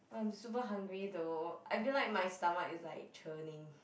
but I'm super hungry though I feel like my stomach is like churning